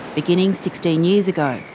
beginning sixteen years ago.